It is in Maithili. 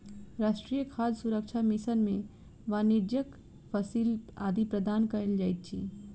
राष्ट्रीय खाद्य सुरक्षा मिशन में वाणिज्यक फसिल आदि प्रदान कयल जाइत अछि